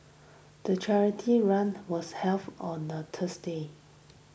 the charity run was held on a Tuesday